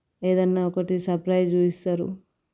ఏదన్నా ఒకటి సర్ప్రైజ్ ఇస్తారు